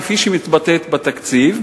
כפי שהיא מתבטאת בתקציב,